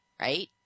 right